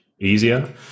easier